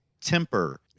temper